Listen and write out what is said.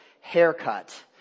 haircut